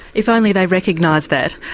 if only they recognised that!